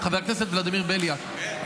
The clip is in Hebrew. חבר הכנסת ולדימיר בליאק,